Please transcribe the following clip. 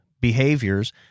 behaviors